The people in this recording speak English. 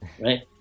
right